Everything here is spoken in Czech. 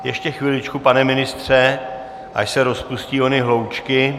Ještě chviličku, pane ministře, až se rozpustí ony hloučky...